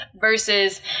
versus